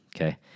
okay